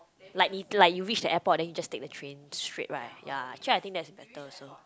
like like you reach the airport then you just take the train straight right yea actually I think that's better also